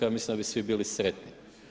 Ja mislim da bi svi bili sretni.